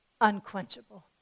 unquenchable